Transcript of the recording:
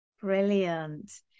Brilliant